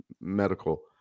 medical